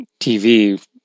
TV